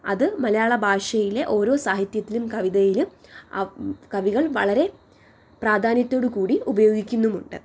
അത് മലയാളഭാഷയിലെ ഓരോ സാഹിത്യത്തിലും കവിതയിലും ആ കവികൾ വളരെ പ്രാധാന്യത്തോടുകൂടി ഉപയോഗിക്കുന്നുമുണ്ട്